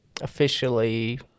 officially